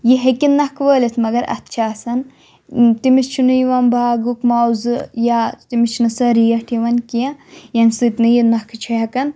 یہِ ہیٚکہِ نَکھٕ وٲلِتھ مگر اَتھ چھِ آسان تٔمِس چھُ نہٕ یِوان باغُک مُعاوزٕ یا تٔمِس چھِ نہٕ سۄ ریٹھ یِوان کینٛہہ ییٚمہِ سۭتۍ نہٕ یہِ نَکھٕ چھِ ہیٚکان